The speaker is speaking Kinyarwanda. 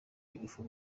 ingufu